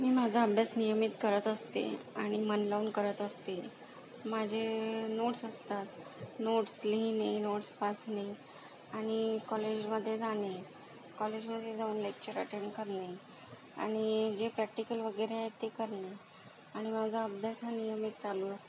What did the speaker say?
मी माझा अभ्यास नियमित करत असते आणि मन लावून करत असते माझे नोटस् असतात नोटस् लिहिणे नोटस् वाचणे आणि कॉलेजमध्ये जाणे कॉलेजमध्ये जाऊन लेक्चर अटेंड करणे आणि जे प्रॅक्टिकल वगैरे आहेत ते करणे आणि माझा अभ्यास हा नियमित चालू असतो